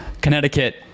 Connecticut